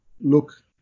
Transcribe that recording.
look